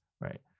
Right